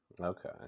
Okay